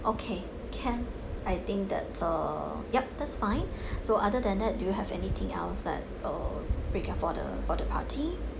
okay can I think that's uh yup that's fine so other than that do you have anything else that uh break ya for the for the party